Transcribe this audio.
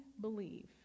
believe